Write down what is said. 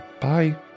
Bye